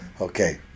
okay